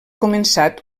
començat